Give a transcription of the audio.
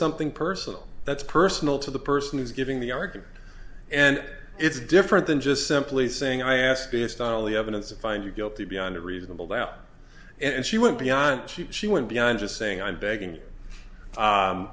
something personal that's personal to the person who's giving the argument and it's different than just simply saying i asked based on all the evidence to find you guilty beyond a reasonable doubt and she went beyond cheap she went beyond just saying i'm begging